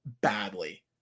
badly